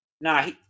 Nah